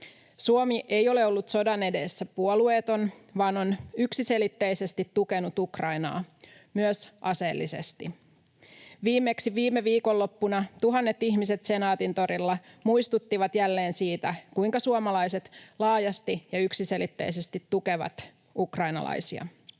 Suomi ei ole ollut sodan edessä puolueeton vaan on yksiselitteisesti tukenut Ukrainaa, myös aseellisesti. Viimeksi viime viikonloppuna tuhannet ihmiset Senaatintorilla muistuttivat jälleen siitä, kuinka suomalaiset laajasti ja yksiselitteisesti tukevat ukrainalaisia.